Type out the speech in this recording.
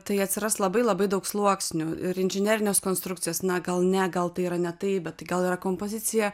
tai atsiras labai labai daug sluoksnių ir inžinerinės konstrukcijos na gal ne gal tai yra ne tai bet tai gal yra kompozicija